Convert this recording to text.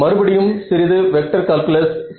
மறுபடியும் சிறிது vector calculus செய்கிறோம்